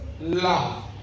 love